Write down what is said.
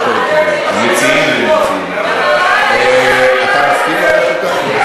אתה מסכים, ?